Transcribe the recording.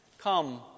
Come